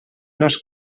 nos